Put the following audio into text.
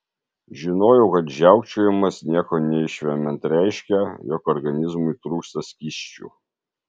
žinojau kad žiaukčiojimas nieko neišvemiant reiškia jog organizmui trūksta skysčių